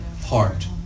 heart